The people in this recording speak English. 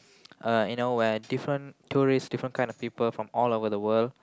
uh you know where different tourists different kind of people from all over the world